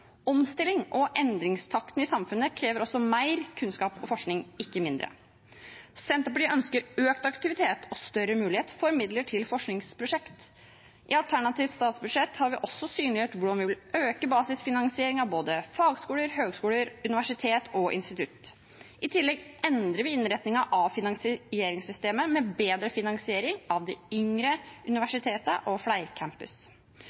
Omstilling og endringstakten i samfunnet krever også mer kunnskap og forskning, ikke mindre. Senterpartiet ønsker økt aktivitet og større mulighet for midler til forskningsprosjekt. I alternativt statsbudsjett har vi synliggjort hvordan vi vil øke basisfinansieringen av både fagskoler, høyskoler, universiteter og institutt. I tillegg endrer vi innretningen av finansieringssystemet med bedre finansiering av de yngre